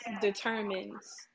determines